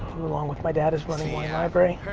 who along with my dad is running wine library.